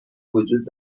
وجود